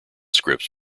scripts